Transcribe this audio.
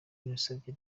usabye